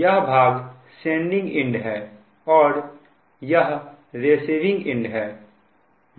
यह भाग sending end है और यह रिसीविंग इंड है